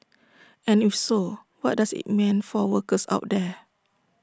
and if so what does IT mean for workers out there